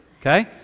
okay